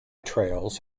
trails